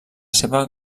seva